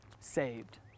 saved